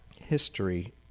history